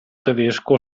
tedesco